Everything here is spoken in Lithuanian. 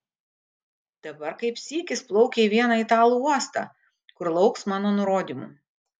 dabar kaip sykis plaukia į vieną italų uostą kur lauks mano nurodymų